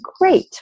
great